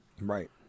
Right